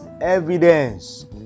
evidence